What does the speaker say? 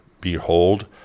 behold